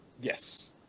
Yes